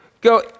go